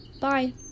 Bye